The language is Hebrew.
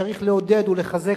להסתפק